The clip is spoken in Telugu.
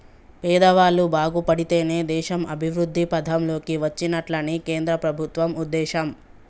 పేదవాళ్ళు బాగుపడితేనే దేశం అభివృద్ధి పథం లోకి వచ్చినట్లని కేంద్ర ప్రభుత్వం ఉద్దేశం